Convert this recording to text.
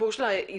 הסיפור של האיזוק,